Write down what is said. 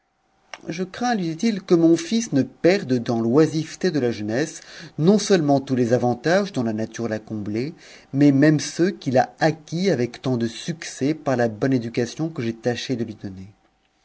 je crains lui dit-il que mon fils ne perde dans l'oisiveté de la jeunesse non-seulement tous tes avantages dont la nature l'a comblé mais même ceuxqu a acquis avec tant de succès par la bonne éducation que j'ai tâché de lui donner